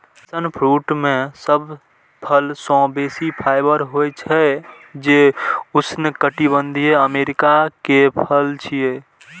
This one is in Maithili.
पैशन फ्रूट मे सब फल सं बेसी फाइबर होइ छै, जे उष्णकटिबंधीय अमेरिका के फल छियै